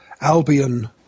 Albion